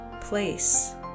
place